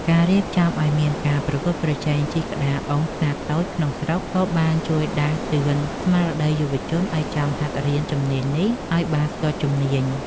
ការរៀបចំឱ្យមានការប្រកួតប្រជែងជិះក្តារអុំខ្នាតតូចក្នុងស្រុក ក៏បានជួយដាស់តឿនស្មារតីយុវជនឱ្យចង់ហាត់រៀនជំនាញនេះឱ្យបានស្ទាត់ជំនាញ។